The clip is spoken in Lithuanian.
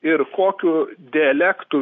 ir kokiu dialektu